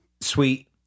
sweet